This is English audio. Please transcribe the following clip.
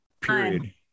period